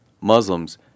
Muslims